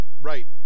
Right